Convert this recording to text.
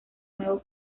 nuevo